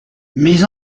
mes